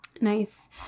Nice